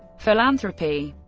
philanthropy